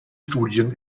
studien